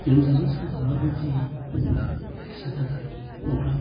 लोमजाबा साजाबाबो जि फैसा थाखानि प्रब्लेम